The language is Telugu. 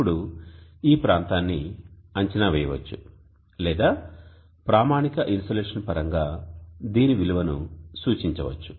ఇప్పుడు ఈ ప్రాంతాన్ని అంచనా వేయవచ్చు లేదా ప్రామాణిక ఇన్సోలేషన్ పరంగా దీని విలువ ను సూచించవచ్చు